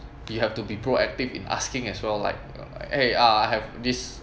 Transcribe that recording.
you have to be proactive in asking as well like hey I have this